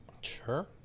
Sure